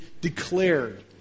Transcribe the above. declared